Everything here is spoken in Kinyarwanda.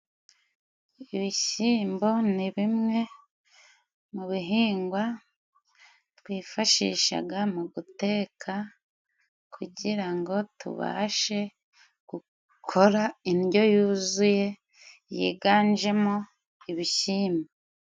Ibishyimbo ni bimwe mu bihingwa twifashisha mu guteka, kugira ngo tubashe gukora indyo yuzuye, yiganjemo ibishyimbo.